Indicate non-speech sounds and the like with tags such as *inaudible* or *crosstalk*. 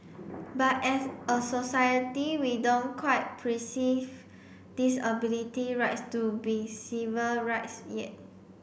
but as a society we don't quite *unintelligible* disability rights to be civil rights yet